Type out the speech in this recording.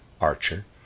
archer